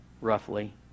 roughly